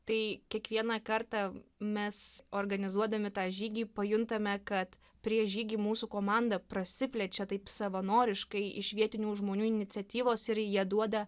tai kiekvieną kartą mes organizuodami tą žygį pajuntame kad prieš žygį mūsų komanda prasiplečia taip savanoriškai iš vietinių žmonių iniciatyvos ir jie duoda